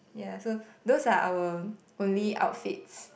yeah so those are our only outfits